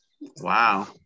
Wow